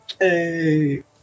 Hey